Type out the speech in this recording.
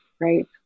right